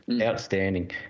Outstanding